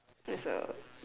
there's a